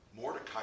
Mordecai